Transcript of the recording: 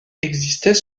existait